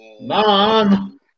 Mom